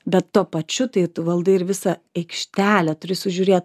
bet tuo pačiu tai tu valdai ir visą aikštelę turi sužiūrėt